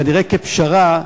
כנראה כפשרה,